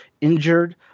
injured